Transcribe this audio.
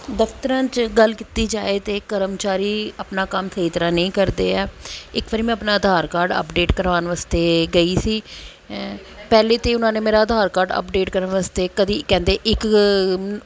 ਦਫ਼ਤਰਾਂ 'ਚ ਗੱਲ ਕੀਤੀ ਜਾਵੇ ਅਤੇ ਕਰਮਚਾਰੀ ਆਪਣਾ ਕੰਮ ਸਹੀ ਤਰ੍ਹਾਂ ਨਹੀਂ ਕਰਦੇ ਹੈ ਇੱਕ ਵਾਰ ਮੈਂ ਆਪਣਾ ਆਧਾਰ ਕਾਰਡ ਅਪਡੇਟ ਕਰਵਾਉਣ ਵਾਸਤੇ ਗਈ ਸੀ ਪਹਿਲਾਂ ਤਾਂ ਉਹਨਾਂ ਨੇ ਮੇਰਾ ਆਧਾਰ ਕਾਰਡ ਅਪਡੇਟ ਕਰਨ ਵਾਸਤੇ ਕਦੇ ਕਹਿੰਦੇ ਇੱਕ